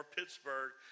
Pittsburgh